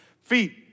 feet